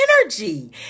energy